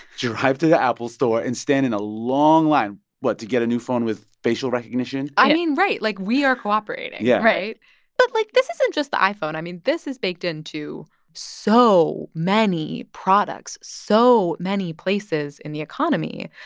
drive to the apple store and stand in a long line what? to get a new phone with facial recognition yeah i mean right. like, we are cooperating yeah right but, like, this isn't just the iphone. i mean, this is baked into so many products, so many places in the economy.